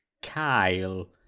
kyle